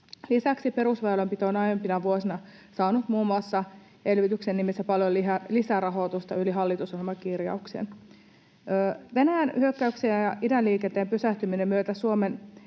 Lisäksi perusväylänpito on aiempina vuosina saanut muun muassa elvytyksen nimissä paljon lisärahoitusta yli hallitusohjelman kirjauksen. Venäjän hyökkäyksen ja idänliikenteen pysähtymisen myötä Suomen